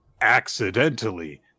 accidentally